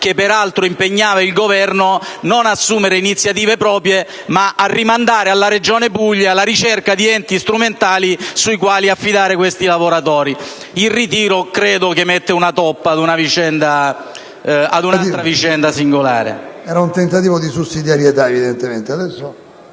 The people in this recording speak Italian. che peraltro impegnava il Governo non ad assumere iniziative proprie, ma a rimandare alla Regione Puglia la ricerca di enti strumentali cui affidare questi lavoratori. Credo che il ritiro metta una toppa ad un'altra vicenda singolare. PRESIDENTE. Era un tentativo di sussidiarietà, evidentemente.